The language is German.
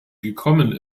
gekommen